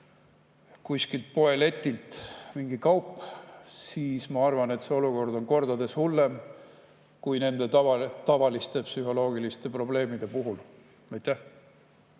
kuskilt poeletilt, siis ma arvan, et see olukord on kordades hullem kui nende tavaliste psühholoogiliste probleemide puhul.